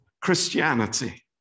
Christianity